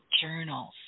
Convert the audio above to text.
journals